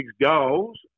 goals